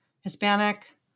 Hispanic